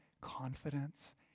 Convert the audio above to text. confidence